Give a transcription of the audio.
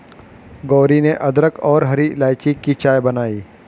गौरी ने अदरक और हरी इलायची की चाय बनाई